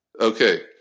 Okay